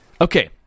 Okay